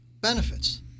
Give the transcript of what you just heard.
benefits